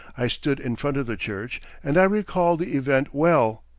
i stood in front of the church, and i recall the event well,